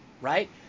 right